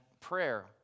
prayer